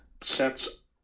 sets